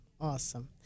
Awesome